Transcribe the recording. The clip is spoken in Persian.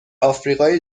آفریقای